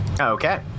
Okay